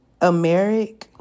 Americ